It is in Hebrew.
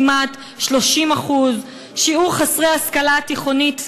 כמעט 30%; שיעור חסרי השכלה תיכונית,